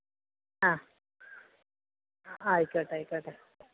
ആ ആയിക്കോട്ടായിക്കോട്ടെ